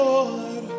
Lord